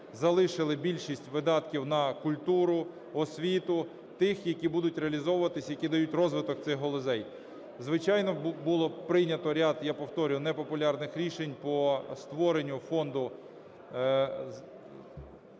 залишили більшість видатків на культуру, освіту - тих, які будуть реалізовуватися, які дають розвиток цих галузей. Звичайно, було прийнято ряд, я повторюю, непопулярних рішень по створенню фонду на